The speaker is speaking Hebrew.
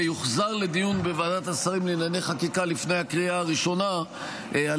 ויוחזר לדיון בוועדת השרים לענייני חקיקה לפני הקריאה הראשונה על